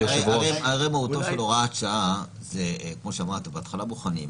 מהותה של הוראת שעה היא שבהתחלה בוחנים.